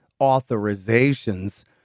authorizations